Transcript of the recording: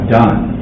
done